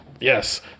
yes